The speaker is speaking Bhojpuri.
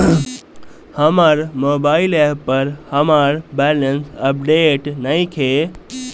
हमर मोबाइल ऐप पर हमर बैलेंस अपडेट नइखे